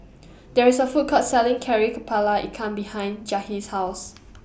There IS A Food Court Selling Kari Kepala Ikan behind Jahir's House